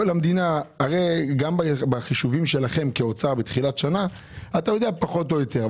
הרי גם בחישובים שלכם כאוצר בתחילת שנה אתה יודע פחות או יותר,